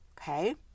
Okay